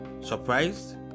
Surprised